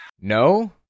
No